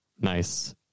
Nice